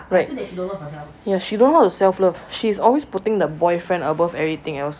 right ya she don't know how to self love she's always putting the boyfriend above everything else